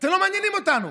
אתם לא מעניינים אותנו,